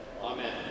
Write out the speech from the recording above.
Amen